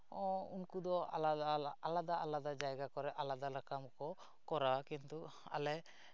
ᱩᱱᱠᱩ ᱫᱚ ᱟᱞᱟᱫᱟ ᱟᱞᱟᱫᱟ ᱡᱟᱭᱜᱟ ᱠᱚᱨᱮᱫ ᱟᱞᱟᱫᱟ ᱟᱞᱟᱫᱟ ᱠᱚ ᱠᱚᱨᱟᱣᱟ ᱠᱤᱱᱛᱩ ᱟᱞᱮ